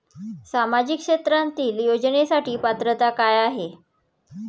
सामाजिक क्षेत्रांतील योजनेसाठी पात्रता काय आहे?